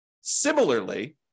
Similarly